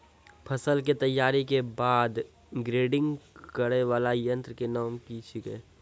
फसल के तैयारी के बाद ग्रेडिंग करै वाला यंत्र के नाम की छेकै?